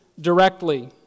directly